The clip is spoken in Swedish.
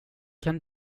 kan